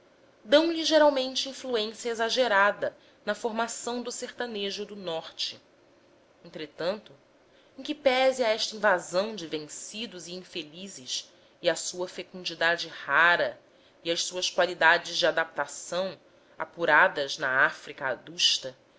colonial dão-lhe geralmente influência exagerada na formação do sertanejo do norte entretanto em que pese a esta invasão de vencidos e infelizes e à sua fecundidade rara e a suas qualidades de adaptação apuradas na áfrica adusta